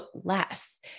less